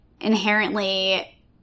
inherently